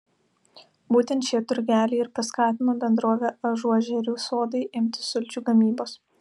būtent šie turgeliai ir paskatino bendrovę ažuožerių sodai imtis sulčių gamybos